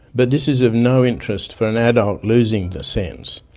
but this is of no interest for an adult losing the sense.